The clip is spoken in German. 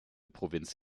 provinz